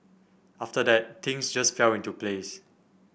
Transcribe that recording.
after that things just fell into place